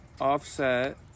Offset